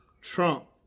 Trump